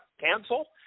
cancel